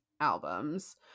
albums